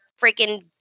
freaking